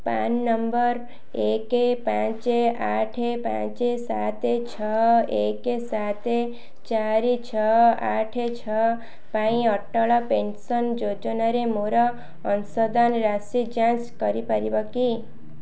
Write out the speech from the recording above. PRAN number ଏକେ ପାଞ୍ଚେ ଆଠେ ପାଞ୍ଚେ ସାତେ ଛଅ ଏକେ ସାତେ ଚାରି ଛଅ ଆଠେ ଛଅ ପାଇଁ ଅଟଳ ପେନ୍ସନ୍ ଯୋଜନାରେ ମୋର ଅଂଶଦାନ ରାଶି ଯାଞ୍ଚ କରିପାରିବ କି